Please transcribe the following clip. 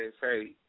Hey